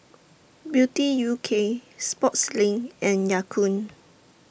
Beauty U K Sportslink and Ya Kun